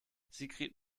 sigrid